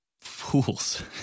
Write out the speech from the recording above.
fools